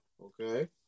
Okay